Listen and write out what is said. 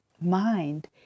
mind